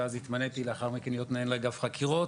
ומאז התמניתי להיות מנהל אגף החקירות.